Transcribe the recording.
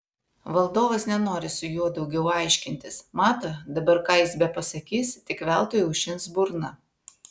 valdovas nenori su juo daugiau aiškintis mato dabar ką jis bepasakys tik veltui aušins burną